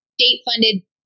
state-funded